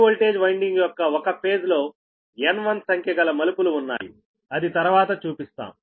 high voltage winding యొక్క ఒక phase లో N1 సంఖ్య గల మలుపులుఉన్నాయిఅది తర్వాత చూపిస్తాం